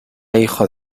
hijo